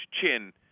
chin